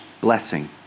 blessing